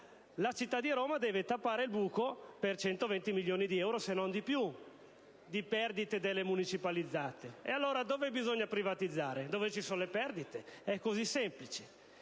la città di Roma deve invece tappare un buco di 120 milioni di euro, se non di più, causato dalle municipalizzate. Allora, dove bisogna privatizzare? Dove ci sono le perdite, è semplice.